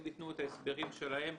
הם יתנו את ההסברים שלהם.